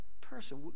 person